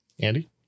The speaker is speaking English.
Andy